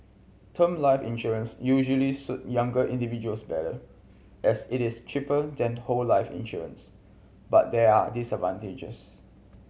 term life insurance usually suit younger individuals better as it is cheaper than whole life insurance but there are disadvantages